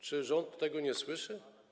Czy rząd tego nie słyszy?